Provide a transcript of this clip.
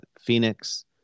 Phoenix